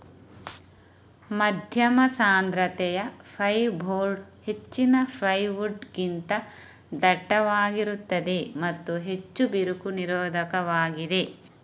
ಮಧ್ಯಮ ಸಾಂದ್ರತೆಯ ಫೈರ್ಬೋರ್ಡ್ ಹೆಚ್ಚಿನ ಪ್ಲೈವುಡ್ ಗಿಂತ ದಟ್ಟವಾಗಿರುತ್ತದೆ ಮತ್ತು ಹೆಚ್ಚು ಬಿರುಕು ನಿರೋಧಕವಾಗಿದೆ